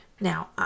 Now